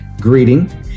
greeting